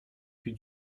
que